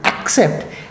Accept